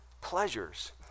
Pleasures